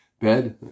bed